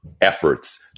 efforts